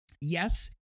Yes